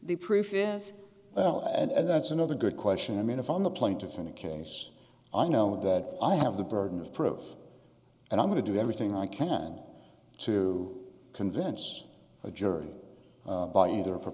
the proof is and that's another good question i mean if on the plaintiff in a case i know that i have the burden of proof and i'm going to do everything i can to convince a jury by either